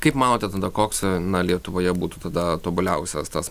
kaip manote tada koks na lietuvoje būtų tada tobuliausias tas